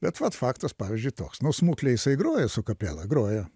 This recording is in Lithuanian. bet vat faktas pavyzdžiui toks nu smuklėj jisai grojo su kapela grojo